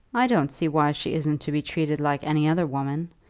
i don't see why she isn't to be treated like any other woman.